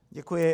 Děkuji.